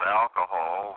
alcohol